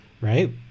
right